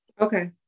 Okay